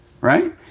right